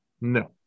No